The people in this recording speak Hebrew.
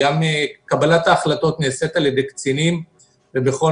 קבלת ההחלטות נעשית על ידי קצינים ובכל